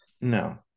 No